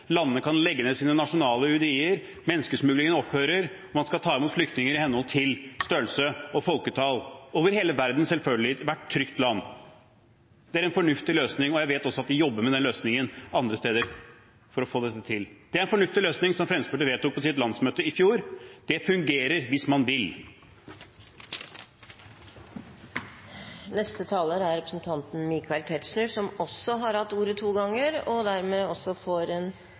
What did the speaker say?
kan legge ned sine nasjonale UDI-er, menneskesmuglingen opphører, man skal ta imot flyktninger i henhold til størrelse og folketall – over hele verden selvfølgelig, i hvert trygt land. Det er en fornuftig løsning, og jeg vet også at man jobber med denne løsningen andre steder, for å få dette til. Det er en fornuftig løsning, som Fremskrittspartiet vedtok på sitt landsmøte i fjor. Det fungerer hvis man vil. Representanten Tetzschner har hatt ordet to ganger tidligere og får ordet til en